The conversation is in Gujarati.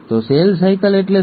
તો સેલ સાયકલ એટલે શું